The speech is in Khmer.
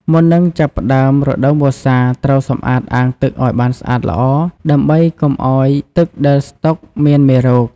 មុននឹងចាប់ផ្តើមរដូវវស្សា ត្រូវសម្អាតអាងទឹកឲ្យបានស្អាតល្អ ដើម្បីកុំឲ្យទឹកដែលស្តុកមានមេរោគ។